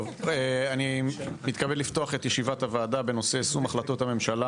אני מתכבד לפתוח את ישיבת הוועדה בנושא 'יישום החלטות הממשלה